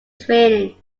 training